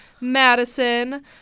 Madison